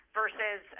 versus